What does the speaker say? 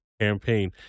campaign